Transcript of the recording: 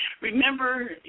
Remember